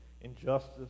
injustice